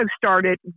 started